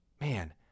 Man